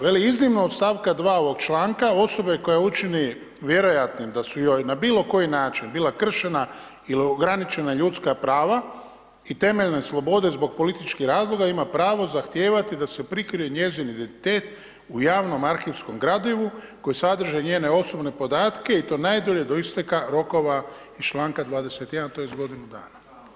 Veli iznimno od stavka 2. ovog članka osobe koja učini, vjerojatnim da su joj na bilo koji način bila kršena ili ograničena ljudska prava i temeljne slobode zbog političkih razloga ima pravo zahtijevati da se prikrije njezin identitet u javnom arhivskom gradivu koji sadrži njene osobne podatke i to najdulje do isteka rokova iz članka 21. tj. godinu dana.